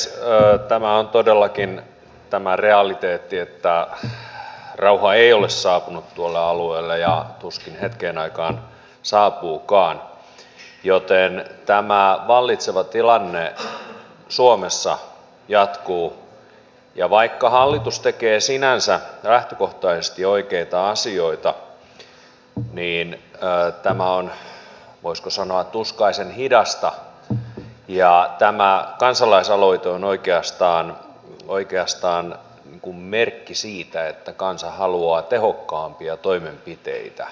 tämä on todellakin tämä realiteetti että rauha ei ole saapunut tuolle alueelle ja tuskin hetkeen saapuukaan joten tämä vallitseva tilanne suomessa jatkuu ja vaikka hallitus tekee sinänsä lähtökohtaisesti oikeita asioita niin tämä on voisiko sanoa tuskaisen hidasta ja tämä kansalaisaloite on oikeastaan merkki siitä että kansa haluaa tehokkaampia toimenpiteitä